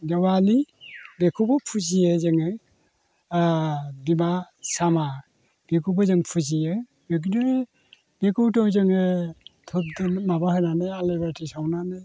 देवालि बेखौबो फुजियो जोङो बिमा सामा बेखौबो जों फुजियो बेखौबो बेखौथ' जोङो धुप धुना माबा आलारिबाथि सावनानै